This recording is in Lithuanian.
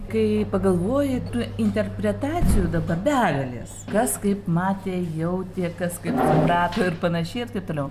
kai pagalvoji tų interpretacijų dabar begalės kas kaip matė jautė kas kaip suprato ir panašiai ir taip toliau